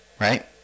right